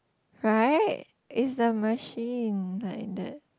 right is the machine like that